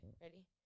ready